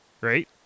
Right